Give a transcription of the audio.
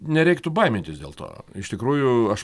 nereiktų baimintis dėl to iš tikrųjų aš